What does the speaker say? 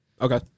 Okay